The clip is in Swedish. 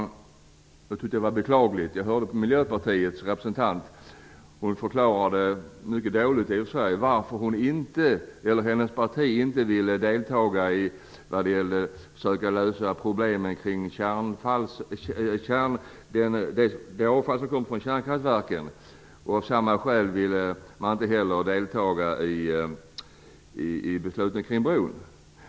Jag tyckte att det var beklagligt att Miljöpartiets representant förklarade, i och för sig mycket dåligt, varför hennes parti inte ville delta i arbetet att försöka lösa problemen med det avfall som kommer från kärnkraftverken. Av samma skäl vill Miljöpartiet inte heller delta i besluten om bron.